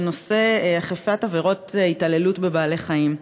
בנושא אכיפה בעבירות התעללות בבעלי-חיים: